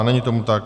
Není tomu tak.